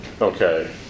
Okay